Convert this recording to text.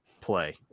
play